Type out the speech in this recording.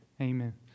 amen